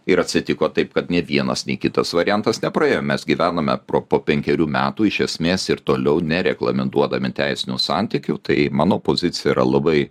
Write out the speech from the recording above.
ir atsitiko taip kad nė vienas nei kitas variantas nepraėjo mes gyvename pro po penkerių metų iš esmės ir toliau nereglamentuodami teisinių santykių tai mano pozicija yra labai